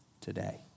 today